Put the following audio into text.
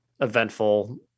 eventful